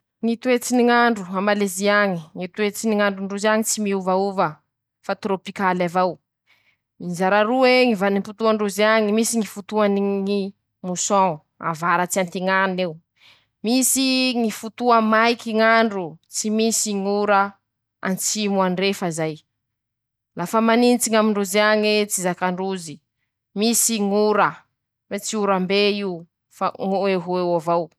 Ñy toetsy ny ñ'andro a malezy añy: Ñy toetsy ny ñ'andro ndrozyb añy tsy miovaova fa torôpikaly avao, mizara roa ñy vanimpotoa ndrozy añy: misy ñy fotoany ñy mosôn avaratsy antiñan'eo, misy ñy fotoa maiky ñ'andro, tsy misy ñ'ora antsimo andrefa zay, lafa manintsy ñ'amindrozy añe tsy zakandrozy, misy ñ'ora, fe tsy orambe io fa oh eo avao.